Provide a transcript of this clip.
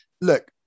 look